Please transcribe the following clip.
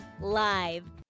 live